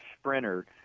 sprinter